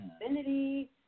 Infinity